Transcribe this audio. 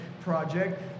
project